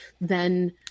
then-